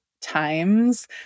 times